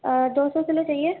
دو سو کلو چاہیے